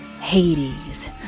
Hades